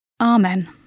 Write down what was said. Amen